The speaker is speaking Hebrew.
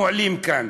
שמועלים כאן.